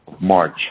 March